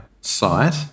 site